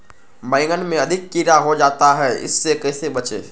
बैंगन में अधिक कीड़ा हो जाता हैं इससे कैसे बचे?